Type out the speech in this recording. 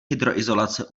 hydroizolace